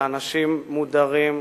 לאנשים מודרים,